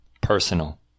personal